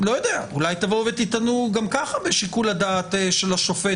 אולי תטענו: גם ככה בשיקול הדעת של השופט,